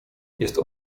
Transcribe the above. jest